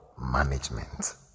management